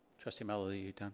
trustee malauulu are you done?